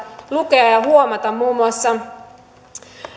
lukea ja huomata muun muassa